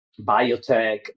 biotech